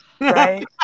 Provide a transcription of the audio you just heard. right